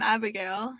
Abigail